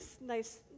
nice